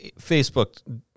Facebook